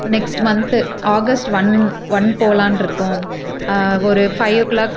next month August one one போகலான்ருக்கோம் ஒரு five ஓ clock